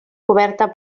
coberta